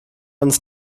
uns